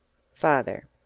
father.